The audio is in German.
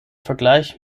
vergleich